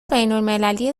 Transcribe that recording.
بینالمللی